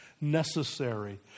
necessary